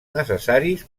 necessaris